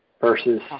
versus